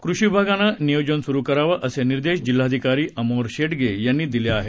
कृषी विभागानं नियोजन सुरु करावं असे निर्देश जिल्हाधिकारी अमोल येडगे यांनी दिले आहे